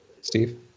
Steve